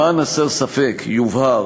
למען הסר ספק יובהר